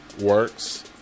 works